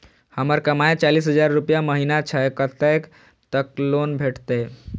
हमर कमाय चालीस हजार रूपया महिना छै कतैक तक लोन भेटते?